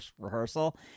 rehearsal